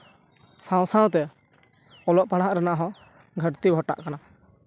ᱥᱟᱶᱼᱥᱟᱶᱛᱮ ᱚᱞᱚᱜᱼᱯᱟᱲᱦᱟᱜ ᱨᱮᱱᱟᱜ ᱦᱚᱸ ᱜᱷᱟᱴᱛᱤ ᱜᱷᱚᱴᱟᱜ ᱠᱟᱱᱟ